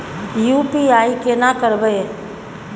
UPI केना करबे?